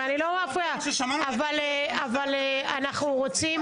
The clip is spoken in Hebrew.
ואני לא אפריע, אבל אנחנו רוצים